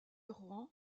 rouen